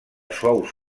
suaus